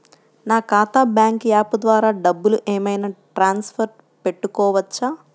నా ఖాతా bank app ద్వారా డబ్బులు ఏమైనా ట్రాన్స్ఫర్ పెట్టుకోవచ్చా?